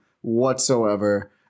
whatsoever